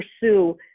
pursue